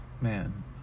Man